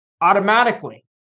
automatically